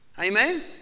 Amen